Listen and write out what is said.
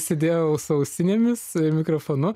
sėdėjau su ausinėmis mikrofonu